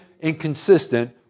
inconsistent